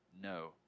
no